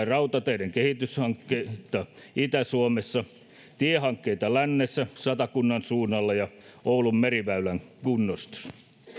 rautateiden kehityshankkeita itä suomessa tiehankkeita lännessä satakunnan suunnalla ja oulun meriväylän kunnostus